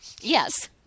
Yes